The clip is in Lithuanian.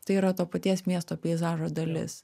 tai yra to paties miesto peizažo dalis